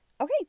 Okay